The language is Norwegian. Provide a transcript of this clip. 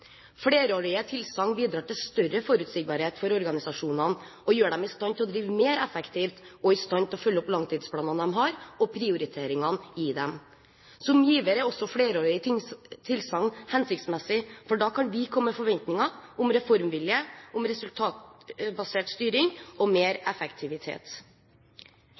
stand til å drive mer effektivt og i stand til å følge opp langtidsplanene de har, og prioriteringene i disse. For oss som giver er også flerårige tilsagn hensiktsmessig, for da kan vi komme med forventninger om reformvilje, om resultatbasert styring og mer effektivitet.